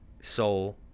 soul